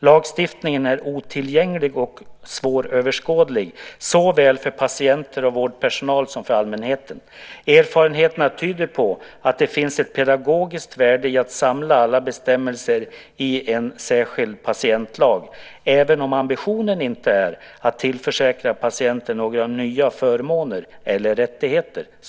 Lagstiftningen är otillgänglig och svåröverskådlig såväl för patienter och vårdpersonal som för allmänheten. Erfarenheterna tyder på att det finns ett pedagogiskt värde i att samla alla bestämmelser i en särskild patientlag även om ambitionen inte är att tillförsäkra patienten några nya förmåner eller rättigheter.